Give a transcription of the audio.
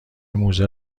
موزه